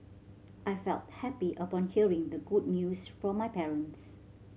I felt happy upon hearing the good news from my parents